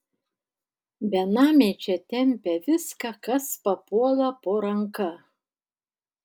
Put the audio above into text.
benamiai čia tempia viską kas papuola po ranka